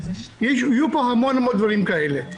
יהיו פה המון דברים כאלה.